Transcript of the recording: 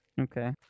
Okay